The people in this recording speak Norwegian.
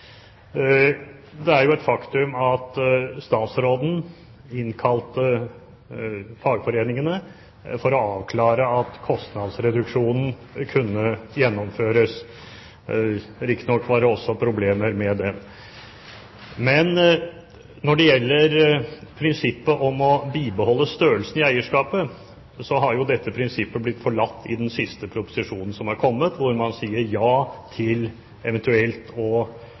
Det er jo et faktum at statsråden innkalte fagforeningene for å avklare om kostnadsreduksjonen kunne gjennomføres. Riktignok var det også problemer med den. Men når det gjelder prinsippet om å bibeholde størrelsen i eierskapet, har det blitt forlatt i den siste proposisjonen som har kommet, der man sier ja til eventuelt